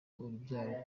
urubyaro